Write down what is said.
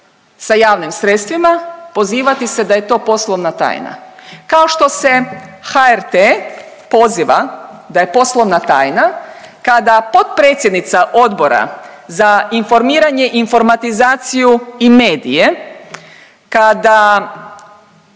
sa javnim sredstvima pozivati se da je to poslovna tajna kao što se HRT poziva da je poslovna tajna kada potpredsjednica Odbora za informiranje, informatizaciju i medije, kada